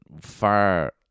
far